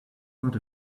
not